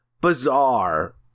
bizarre